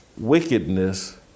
wickedness